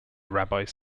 rabbis